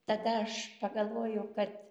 tada aš pagalvoju kad